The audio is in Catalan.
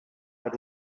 per